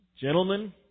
Gentlemen